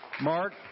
Mark